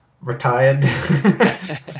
retired